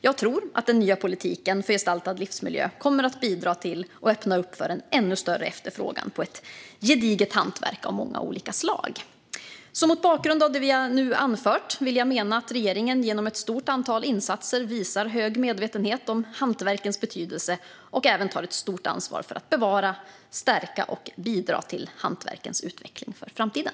Jag tror att den nya politiken för gestaltad livsmiljö kommer att bidra till och öppna upp för en ännu större efterfrågan på gediget hantverk av många olika slag. Mot bakgrund av det jag nu anfört vill jag mena att regeringen genom ett stort antal insatser visar hög medvetenhet om hantverkens betydelse och även tar ett stort ansvar för att bevara, stärka och bidra till hantverkens utveckling för framtiden.